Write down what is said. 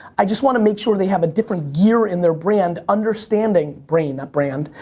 i just want to make sure they have a different gear in their brand understanding, brain, not brand,